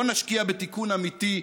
בואו נשקיע בטיפול אמיתי,